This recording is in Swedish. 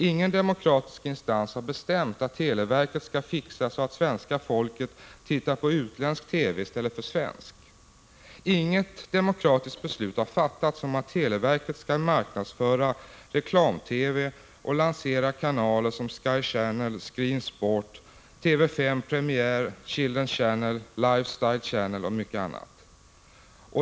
Ingen demokratisk instans har bestämt att televerket skall fixa så att svenska folket tittar på utländsk TV i stället för svensk. Inget demokratiskt beslut har fattats om att televerket skall marknadsföra reklam-TV och lansera kanaler som Sky Channel, Screen Sport, TV 5, Premiere, Childrens Channel, Lifestyle Channel och mycket annat.